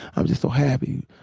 i'm just so happy.